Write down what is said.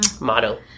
motto